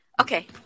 okay